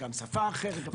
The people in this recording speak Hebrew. גם שפה אחרת.